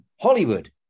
Hollywood